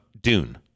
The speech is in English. dune